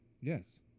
Yes